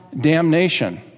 damnation